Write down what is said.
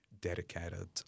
dedicated